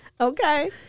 Okay